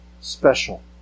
special